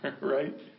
right